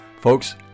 Folks